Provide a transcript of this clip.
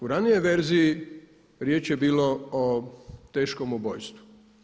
U ranijoj verziji riječ je bilo o teškom ubojstvu.